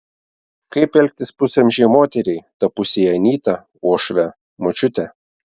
kaip elgtis pusamžei moteriai tapusiai anyta uošve močiute